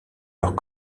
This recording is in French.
leurs